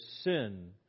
sin